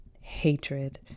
hatred